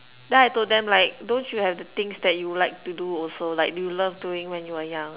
then I told them like don't you have the things that you like to do also like you love doing when you were young